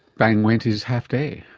bang went his half-day.